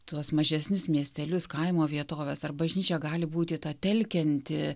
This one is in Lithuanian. tuos mažesnius miestelius kaimo vietoves ar bažnyčia gali būti ta telkianti